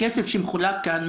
הכסף שמחולק כאן,